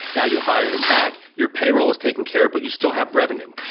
now you hire them back. your payroll is taken care, but you still have revenue.